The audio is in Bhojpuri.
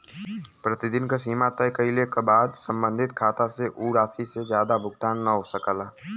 प्रतिदिन क सीमा तय कइले क बाद सम्बंधित खाता से उ राशि से जादा भुगतान न हो सकला